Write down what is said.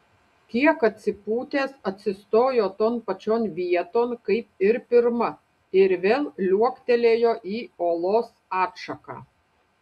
kiek atsipūtęs atsistojo ton pačion vieton kaip ir pirma ir vėl liuoktelėjo į olos atšaką